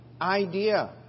idea